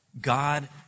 God